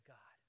God